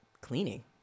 cleaning